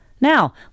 Now